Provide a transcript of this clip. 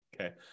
Okay